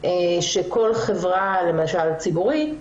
כל חברה, למשל ציבורית,